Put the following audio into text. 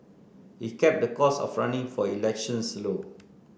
he kept the cost of running for elections low